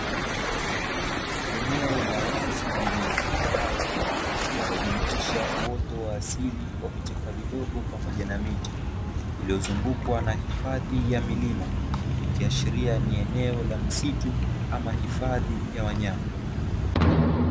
Eneo la wazi lililo tambarare linalojumuisha uoto wa asili wa vichaka vidogo pamoja na miti iliyozungukwa na hifadhi ya milima ikiashiria ni eneo la misitu au hifadhi ya wanyama.